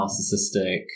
narcissistic